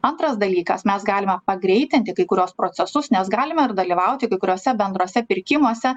antras dalykas mes galime pagreitinti kai kuriuos procesus nes galime ir dalyvauti kai kuriuose bendruose pirkimuose